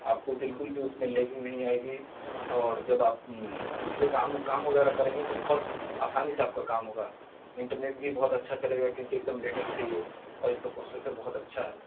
آپ کو بالکل بھی اس میں لیگنگ نہیں آئے گی اور جب آپ دوسرے کام کام وغیرہ کریں گے تو بہت آسانی سے آپ کا کام ہوگا انٹرنیٹ بھی بہت اچھا چلے گا کیونکہ ایک دم لیٹیسٹ ہے یہ اور اس کا پروسیسر بہت اچھا ہے